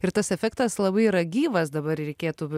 ir tas efektas labai yra gyvas dabar reikėtų